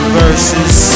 verses